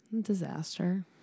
Disaster